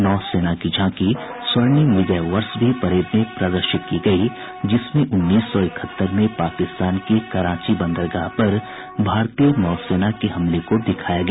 नौसेना की झांकी स्वर्णिम विजय वर्ष भी परेड में प्रदर्शित की गई जिसमें उन्नीस सौ इकहत्तर में पाकिस्तान के कराची बंदरगाह पर भारतीय नौसेना के हमले को दिखाया गया